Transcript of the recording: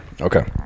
Okay